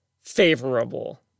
favorable